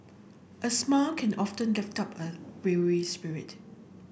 a smile can often lift up a weary spirit